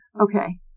Okay